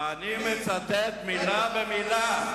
ואני מצטט מלה במלה.